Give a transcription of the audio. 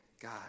God